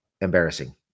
embarrassing